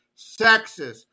sexist